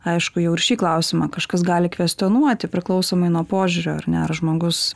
aišku jau ir šį klausimą kažkas gali kvestionuoti priklausomai nuo požiūrio ar ne ar žmogus